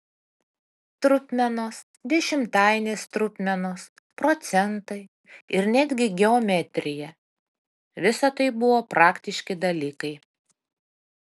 trupmenos dešimtainės trupmenos procentai ir netgi geometrija visa tai buvo praktiški dalykai